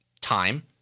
time